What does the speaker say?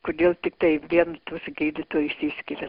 kodėl tiktai vien tuos gydytojus išskiriat